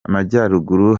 amajyaruguru